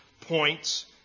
points